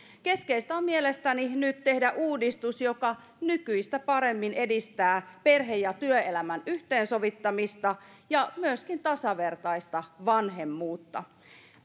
keskeistä on mielestäni nyt tehdä uudistus joka nykyistä paremmin edistää perhe ja työelämän yhteensovittamista ja myöskin tasavertaista vanhemmuutta